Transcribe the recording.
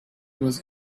was